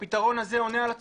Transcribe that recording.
והפתרון הזה עונה על הצורך.